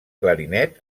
clarinet